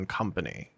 company